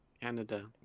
Canada